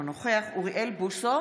אינו נוכח אוריאל בוסו,